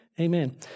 Amen